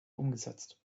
umgesetzt